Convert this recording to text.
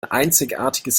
einzigartiges